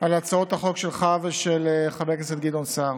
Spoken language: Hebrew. על הצעות החוק שלך ושל חבר הכנסת גדעון סער.